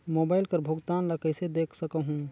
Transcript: Mobile कर भुगतान ला कइसे देख सकहुं?